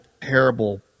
terrible